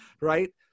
Right